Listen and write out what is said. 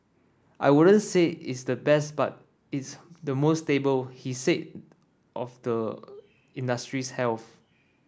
I wouldn't say it's the best but it's the most stable he said of the industry's health